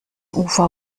ufer